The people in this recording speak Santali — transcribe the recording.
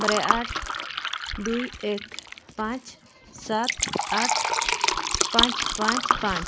ᱵᱟᱨᱭᱟ ᱟᱴ ᱫᱩᱭ ᱮᱹᱠ ᱯᱟᱸᱪ ᱥᱟᱛ ᱟᱴ ᱯᱟᱸᱪ ᱯᱟᱸᱪ ᱯᱟᱸᱪ